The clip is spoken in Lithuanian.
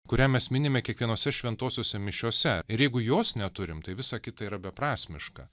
kurią mes minime kiekvienose šventosiose mišiose ir jeigu jos neturim tai visa kita yra beprasmiška